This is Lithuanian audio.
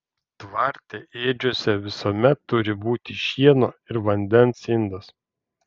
tvarte ėdžiose visuomet turi būti šieno ir vandens indas